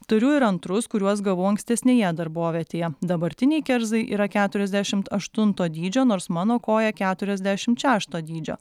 turiu ir antrus kuriuos gavau ankstesnėje darbovietėje dabartiniai kerzai yra keturiasdešimt aštunto dydžio nors mano koja keturiasdešimt šešto dydžio